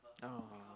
oh